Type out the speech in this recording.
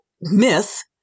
myth